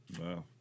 Wow